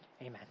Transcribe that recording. Amen